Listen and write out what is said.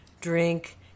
drink